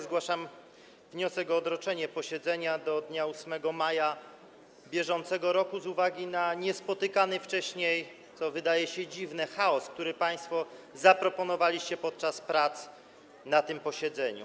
Zgłaszam wniosek o odroczenie posiedzenia do dnia 8 maja br. z uwagi na niespotykany wcześniej - co wydaje się dziwne - chaos, który państwo zaproponowaliście podczas prac na tym posiedzeniu.